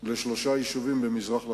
לשלושה יישובים במזרח לכיש,